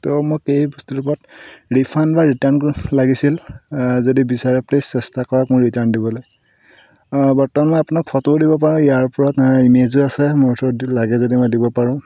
তো মোক এই বস্তুটোৰ ওপৰত ৰিফাণ্ড বা ৰিটাৰ্ণ লাগিছিল যদি বিচাৰে প্লিজ চেষ্টা কৰক মোক ৰিটাৰ্ণ দিবলৈ অঁ বৰ্তমান মই আপোনাক ফটোও দিব পাৰোঁ ইয়াৰ ওপৰত ইমেজো আছে মোৰ ওচৰত লাগে যদি মই দিব পাৰোঁ